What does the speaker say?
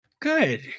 Good